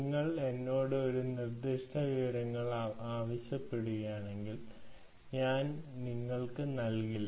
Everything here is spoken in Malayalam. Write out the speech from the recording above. നിങ്ങൾ എന്നോട് ഒരു നിർദ്ദിഷ്ട വിവരങ്ങൾ ആവശ്യപ്പെടുകയാണെങ്കിൽ ഞാൻ നിങ്ങൾക്ക് നൽകില്ല